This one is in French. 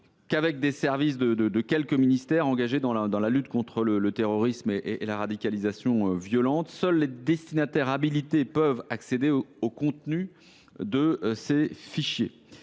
qu’avec les services de plusieurs ministères engagés dans la lutte contre le terrorisme et la radicalisation violente. Seuls les destinataires habilités peuvent accéder aux données contenues dans ce fichier.